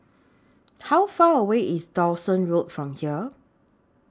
How Far away IS Dawson Road from here